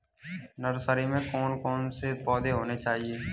Nursery में कौन कौन से पौधे होने चाहिए?